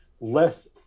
less